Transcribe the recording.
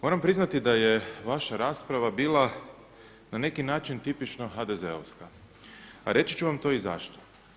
Moram priznati da je vaša rasprava bila na neki način tipično HDZ-ovska, a reći ću vam to i zašto.